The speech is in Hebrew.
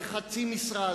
חצי משרה?